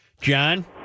John